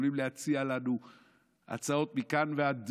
יכולים להציע לנו הצעות מכאן ועד